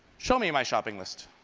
show me my shopping list?